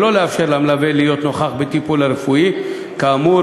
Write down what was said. שלא לאפשר למלווה להיות נוכח בטיפול הרפואי כאמור